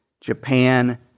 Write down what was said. Japan